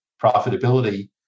profitability